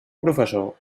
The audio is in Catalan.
professor